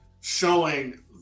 showing